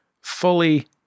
fully